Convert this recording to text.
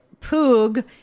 Poog